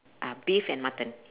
uh beef and mutton